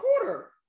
quarter